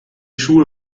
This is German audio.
schuhe